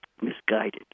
misguided